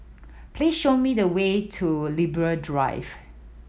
please show me the way to Libra Drive